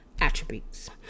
attributes